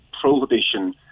prohibition